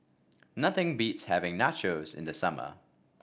nothing beats having Nachos in the summer